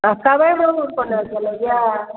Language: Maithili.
आ कबइ मांगुर कोना चलैए